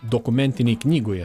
dokumentinėj knygoje